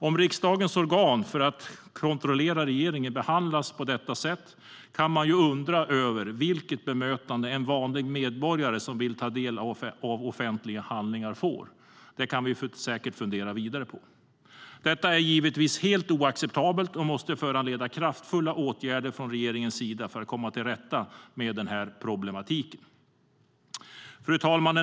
Om riksdagens organ för att kontrollera regeringen behandlas på detta sätt kan man undra över vilket bemötande en vanlig medborgare som vill ta del av offentliga handlingar får. Det kan vi säkert fundera vidare på. Detta är givetvis helt oacceptabelt och måste föranleda kraftfulla åtgärder från regeringens sida för att komma till rätta med denna problematik. Fru talman!